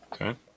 Okay